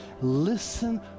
Listen